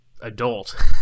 adult